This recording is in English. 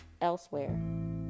elsewhere